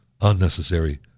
unnecessary